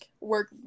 work